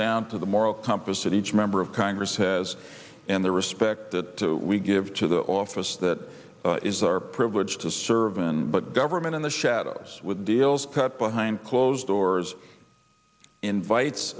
down to the moral compass of each member of congress has and the respect that we give to the office that is our privilege to serve and but government in the shadows with deals cut behind closed doors invites